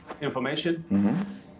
information